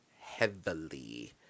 heavily